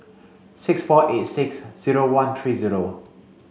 six four eight six zero one three zero